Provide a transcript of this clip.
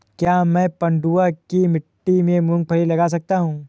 क्या मैं पडुआ की मिट्टी में मूँगफली लगा सकता हूँ?